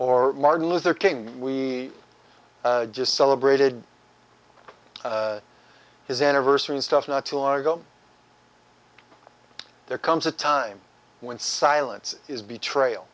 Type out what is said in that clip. or martin luther king we just celebrated his anniversary and stuff not too long ago there comes a time when silence is be tra